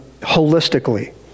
holistically